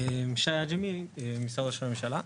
שי עג'מי, משרד ראש הממשלה.